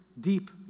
deep